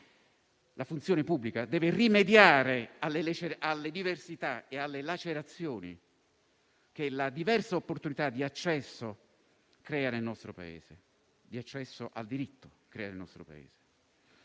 La funzione pubblica deve rimediare alle diversità e alle lacerazioni che la diversa opportunità di accesso al diritto crea nel nostro Paese.